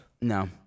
No